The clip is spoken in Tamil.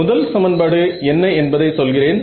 முதல் சமன்பாடு என்ன என்பதை சொல்கிறேன்